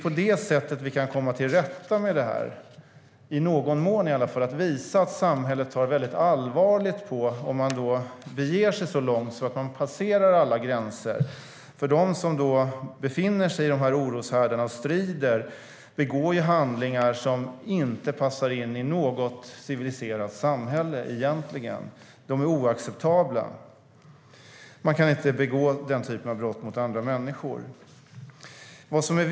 På det sättet kan vi komma till rätta med detta i någon mån och visa att samhället ser allvarligt på ett beteende som passerar alla gränser. De som befinner sig i oroshärdar och strider begår handlingar som inte passar in i något civiliserat samhälle alls. De är oacceptabla. Man kan inte begå den typen av brott mot andra människor.